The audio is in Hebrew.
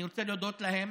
אני רוצה להודות להם